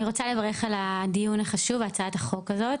אני רוצה לברך על הדיון החשוב והצעת החוק הזאת.